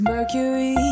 Mercury